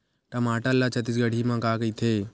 टमाटर ला छत्तीसगढ़ी मा का कइथे?